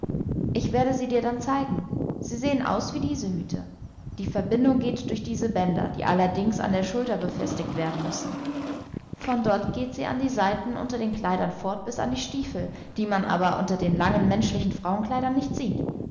ich werde sie dir dann zeigen sie sehen aus wie diese hüte die verbindung geht durch diese bänder die allerdings an der schulter befestigt werden müssen von dort geht sie an den seiten unter den kleidern fort bis an die stiefel die man aber unter den langen menschlichen frauenkleidern nicht sieht